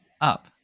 up